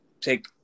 take